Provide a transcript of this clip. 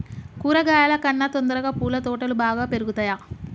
కూరగాయల కన్నా తొందరగా పూల తోటలు బాగా పెరుగుతయా?